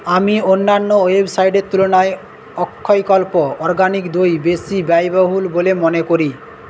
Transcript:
আমি অন্যান্য ওয়েবসাইটের তুলনায় অক্ষয়কল্প অরগ্যানিক দই বেশি ব্যয়বহুল বলে মনে করি